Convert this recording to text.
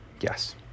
yes